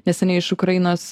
neseniai iš ukrainos